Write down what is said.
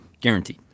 guaranteed